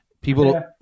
people